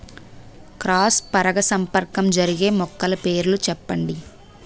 Cross పరాగసంపర్కం జరిగే మొక్కల పేర్లు చెప్పండి?